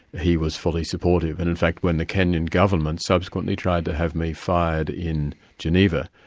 he was fully supportive. and in fact when the kenyan government subsequently tried to have me fired in geneva,